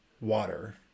water